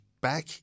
back